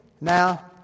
now